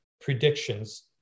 predictions